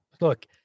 Look